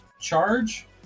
charge